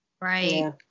Right